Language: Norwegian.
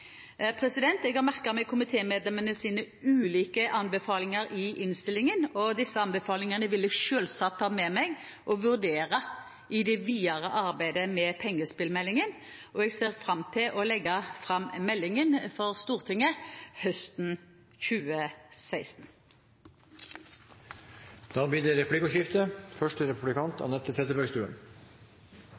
Jeg har merket meg komitémedlemmenes ulike anbefalinger i innstillingen. Disse anbefalingene vil jeg selvsagt ta med meg og vurdere i det videre arbeidet med pengespillmeldingen, og jeg ser fram til å legge fram meldingen for Stortinget høsten 2016. Det blir replikkordskifte. Det